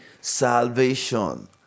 salvation